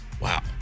Wow